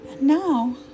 Now